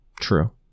True